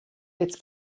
its